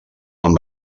amb